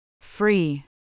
Free